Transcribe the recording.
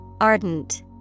Ardent